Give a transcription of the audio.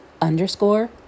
underscore